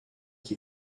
qui